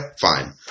Fine